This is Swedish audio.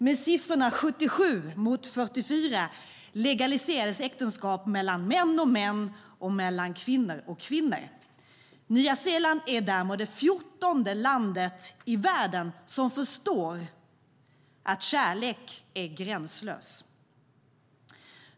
Med siffrorna 77 mot 44 legaliserades äktenskap mellan män och män och mellan kvinnor och kvinnor. Nya Zeeland är därmed det 14:e landet i världen som förstår att kärlek är gränslös.